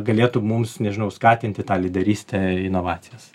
galėtų mums nežinau skatinti tą lyderystę inovacijas